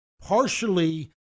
partially